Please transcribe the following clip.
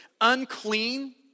Unclean